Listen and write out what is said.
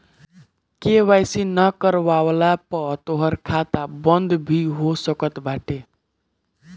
KYC नाइ करववला पअ तोहार खाता बंद भी हो सकत बाटे